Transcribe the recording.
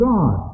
God